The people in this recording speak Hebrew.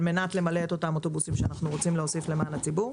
מנת להפעיל את אותם אוטובוסים שאנחנו רוצים להוסיף למען הציבור.